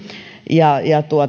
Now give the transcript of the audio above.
ja ja